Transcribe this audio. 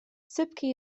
sypkie